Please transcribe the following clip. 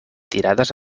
tirades